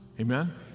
Amen